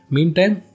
Meantime